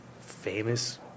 famous